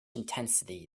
intensity